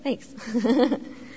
thanks